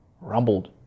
rumbled